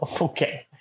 Okay